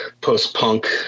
post-punk